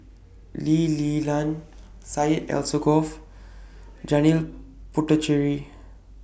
Lee Li Lian Syed Alsagoff Janil Puthucheary